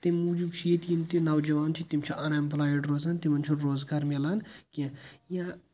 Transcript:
تَمہِ موٗجوٗب چھِ ییٚتہِ یِم تہِ نَوجوان چھِ تِم چھِ اَن اٮ۪مپٕلایِڈ روزَن تِمَن چھُنہٕ روزگار مِلان کیٚنٛہہ یا